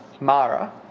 Mara